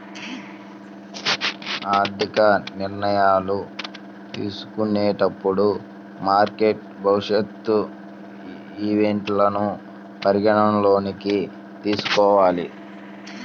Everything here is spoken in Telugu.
ఆర్థిక నిర్ణయాలు తీసుకునేటప్పుడు మార్కెట్ భవిష్యత్ ఈవెంట్లను పరిగణనలోకి తీసుకోవాలి